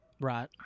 Right